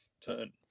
turn